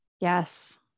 Yes